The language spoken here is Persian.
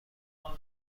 مونده